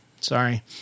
Sorry